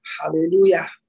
Hallelujah